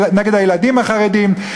נגד הילדים החרדים.